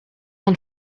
ein